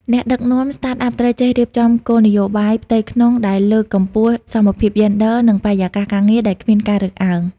អ្នកដឹកនាំ Startup ត្រូវចេះរៀបចំគោលនយោបាយផ្ទៃក្នុងដែលលើកកម្ពស់សមភាពយេនឌ័រ និងបរិយាកាសការងារដែលគ្មានការរើសអើង។